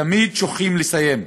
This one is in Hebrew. תמיד שוכחים לסיים.